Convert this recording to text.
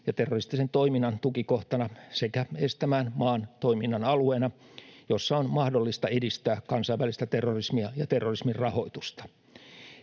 ja terroristisen toiminnan tukikohtana sekä estämään maan toiminnan alueena, jossa on mahdollista edistää kansainvälistä terrorismia ja terrorismin rahoitusta.